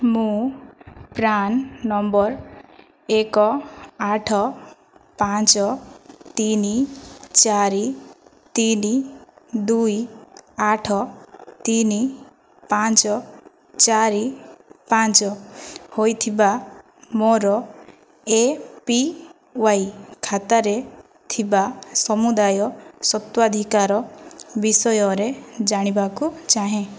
ମୁଁ PRAN number ଏକ ଆଠ ପାଞ୍ଚ ତିନି ଚାରି ତିନି ଦୁଇ ଆଠ ତିନି ପାଞ୍ଚ ଚାରି ପାଞ୍ଚ ହୋଇଥିବା ମୋର ଏ ପି ୱାଇ ଖାତାରେ ଥିବା ସମୁଦାୟ ସ୍ୱତ୍ୱାଧିକାର ବିଷୟରେ ଜାଣିବାକୁ ଚାହେଁ